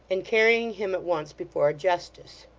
and carrying him at once before a justice.